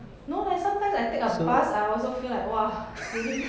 no leh sometimes I take a bus I also feel like !wah! really